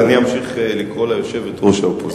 אני אמשיך לקרוא לה: יושבת-ראש האופוזיציה.